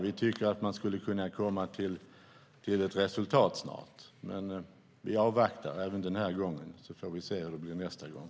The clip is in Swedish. Vi tycker att man skulle kunna komma fram till ett resultat snart, men vi avvaktar även den här gången. Vi får se hur det blir nästa gång.